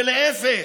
ולהפך,